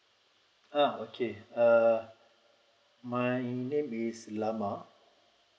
ah okay uh my name is rama